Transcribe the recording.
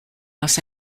los